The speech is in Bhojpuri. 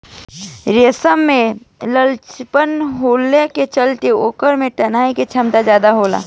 रेशा में लचीलापन होखला के चलते ओकरा में तनाये के क्षमता ज्यादा होखेला